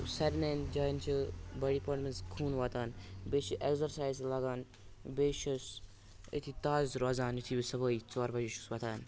سارنِیَن جایَن چھِ باڈی پاٹَن منٛز خوٗن واتان بیٚیہِ چھِ اٮ۪کزَرسایز لَگان بیٚیہِ چھِس أتھی تازٕ روزان یُتھُے بہٕ صُبحٲے ژور بَجے چھُس وۄتھان